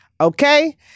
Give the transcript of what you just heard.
Okay